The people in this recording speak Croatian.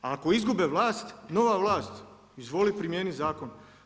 A ako izgube vlast, nova vlast, izvoli primijeniti zakon.